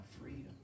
freedom